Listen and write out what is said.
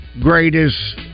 greatest